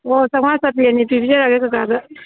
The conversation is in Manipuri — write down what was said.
ꯑꯣ ꯆꯥꯝꯃꯉꯥ ꯆꯄꯤ ꯑꯅꯤ ꯄꯤꯕꯤꯔꯛꯑꯒꯦ ꯀꯀꯥꯗ